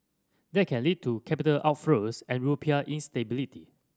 that can lead to capital outflows and rupiah instability